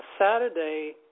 Saturday